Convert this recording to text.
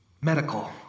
Medical